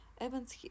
Evan's